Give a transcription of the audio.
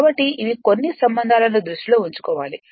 కాబట్టి ఇవి కొన్ని సంబంధాలను దృష్టిలో ఉంచుకోవాలి